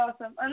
awesome